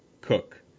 Cook